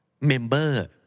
Member